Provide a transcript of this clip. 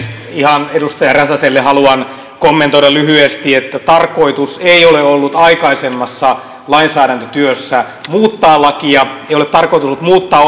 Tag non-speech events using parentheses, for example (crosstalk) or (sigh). ihan edustaja räsäselle haluan kommentoida lyhyesti että tarkoitus ei ole ollut aikaisemmassa lainsäädäntötyössä muuttaa lakia ei ole tarkoitus ollut muuttaa (unintelligible)